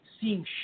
seeing